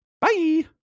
Bye